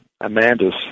Amanda's